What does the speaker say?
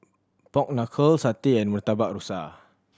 pork knuckle satay and Murtabak Rusa